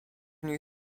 niej